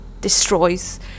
destroys